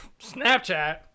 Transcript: Snapchat